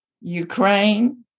Ukraine